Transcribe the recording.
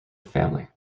family